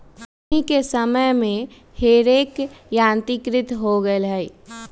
अखनि के समय में हे रेक यंत्रीकृत हो गेल हइ